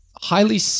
highly